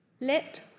Let